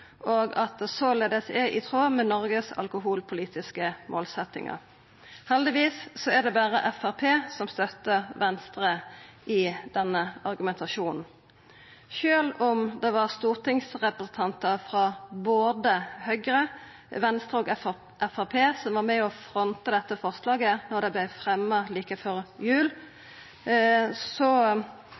og at det såleis er i tråd med Noregs alkoholpolitiske målsetjingar. Heldigvis er det berre Framstegspartiet som støttar Venstre i denne argumentasjonen. Sjølv om stortingsrepresentantar frå både Høgre, Venstre og Framstegspartiet var med og fronta dette forslaget da det vart fremja like før jul,